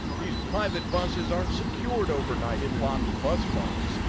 these private buses aren't secured overnight in locked bus barns,